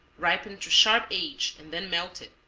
ripened to sharp age, and then melted,